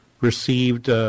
received